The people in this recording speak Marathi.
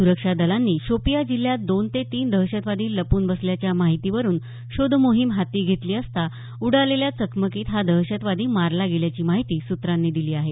सुरक्षा दलांनी शोपीया जिल्ह्यात दोन ते तीन दहशतवादी लपून बसल्याच्या माहितीवरून शोध मोहीम हाती घेतली असता उडालेल्या चकमकीत हा दहशतवादी मारला गेल्याची माहिती सुत्रांनी दिली आहे